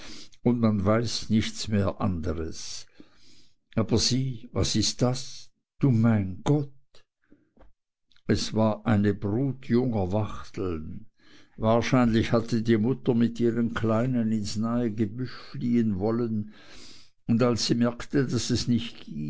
und man weiß nichts mehr anders aber sieh was ist das du mein gott es war eine brut junger wachteln wahrscheinlich hatte die mutter mit ihren kleinen ins nahe gebüsch fliehen wollen und als sie merkte daß es nicht